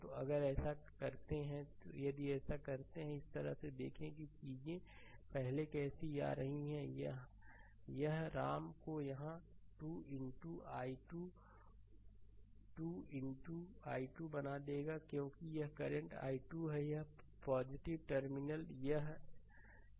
तो अगर ऐसा करते हैं यदि ऐसा करते हैं तो इस तरह से देखें कि चीजें पहले कैसे आ रही हैं यह राम को यहां 2 इनटू i2 2 इनटू i2 बना देगा क्योंकि यह करंट i2 है यहां टर्मिनल यहां यह है